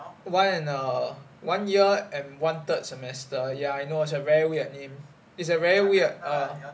one and err one year and one third semester ya I know is a very weird name is a very weird err